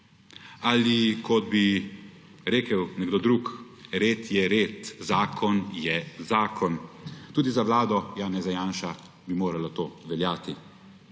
Ali kot bi rekel nekdo drug: red je red, zakon je zakon. Tudi za vlado Janeza Janše bi moralo to veljati.